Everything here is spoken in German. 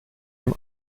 dem